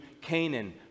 Canaan